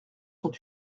sont